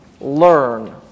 learn